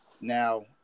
Now